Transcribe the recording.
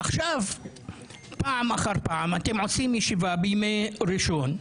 עכשיו פעם אחר פעם אתם עושים ישיבה בימי ראשון,